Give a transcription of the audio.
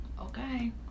okay